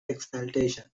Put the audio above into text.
exaltation